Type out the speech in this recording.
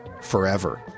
forever